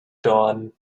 dawn